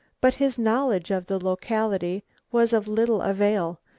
but his knowledge of the locality was of little avail,